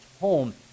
home